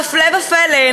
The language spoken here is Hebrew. והפלא ופלא,